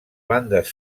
bandes